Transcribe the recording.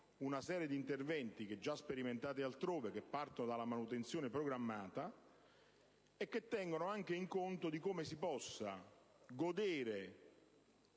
una serie di interventi già sperimentati altrove, che partono dalla manutenzione programmata e tengono conto di come si possa godere